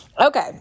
Okay